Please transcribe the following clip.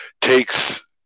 takes